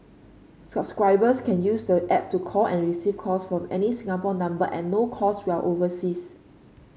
subscribers can use the app to call and receive calls from any Singapore number at no cost while overseas